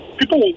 people